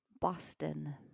Boston